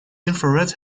infrared